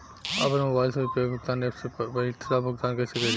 आपन मोबाइल से यू.पी.आई भुगतान ऐपसे पईसा भुगतान कइसे करि?